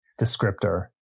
descriptor